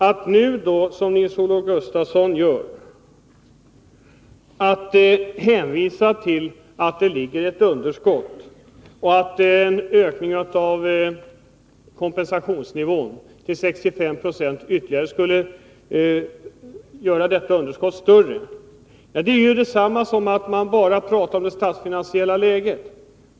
Att nu, som Nils-Olof Gustafsson gör, hänvisa till att det föreligger ett underskott och att en ökning av kompensationsnivån till 65 96 ytterligare skulle öka på detta underskott betyder att man bara talar om det statsfinansiella läget.